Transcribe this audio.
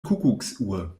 kuckucksuhr